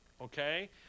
okay